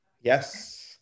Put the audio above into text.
Yes